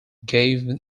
gave